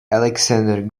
alexander